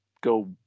go